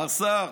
מר סער,